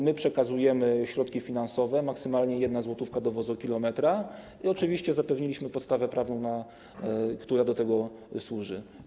My przekazujemy środki finansowe, maksymalnie 1 zł do wozokilometra, i oczywiście zapewniliśmy podstawę prawną, która temu służy.